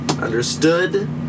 Understood